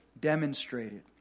demonstrated